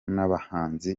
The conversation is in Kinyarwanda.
n’abahanzi